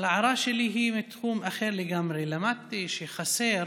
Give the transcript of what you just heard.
אבל ההערה שלי היא מתחום אחר לגמרי: למדתי שחסר